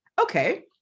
okay